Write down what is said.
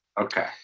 Okay